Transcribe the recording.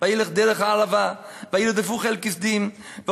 וילך דרך הערבה, וירדפו חיל כשדים, ".